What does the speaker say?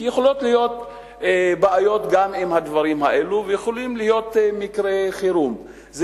כי יכולות להיות בעיות ויכולים להיות מקרי חירום גם עם הדברים האלו.